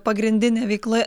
pagrindinė veikla